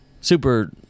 super